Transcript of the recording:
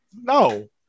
no